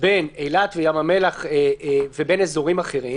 בין אילת וים המלח ובין אזורים אחרים,